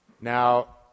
Now